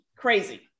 Crazy